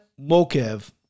Mokev